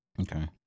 Okay